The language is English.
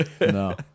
no